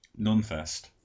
Nunfest